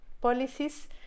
policies